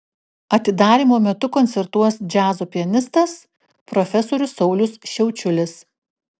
atidarymo metu koncertuos džiazo pianistas profesorius saulius šiaučiulis